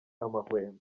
amahwemo